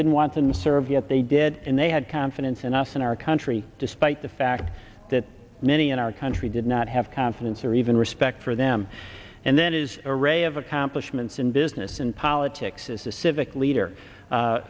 didn't want and serve yet they did and they had confidence and often our country despite the fact that many in our country did not have confidence or even respect for them and then his array of accomplishments in business and politics as a civic leader a